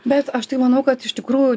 bet aš tai manau kad iš tikrųjų